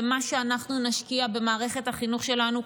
ומה שאנחנו נשקיע במערכת החינוך שלנו,